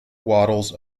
waddles